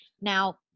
Now